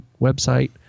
website